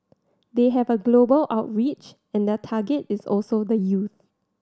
they have a global outreach and their target is also the youth